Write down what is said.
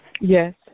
Yes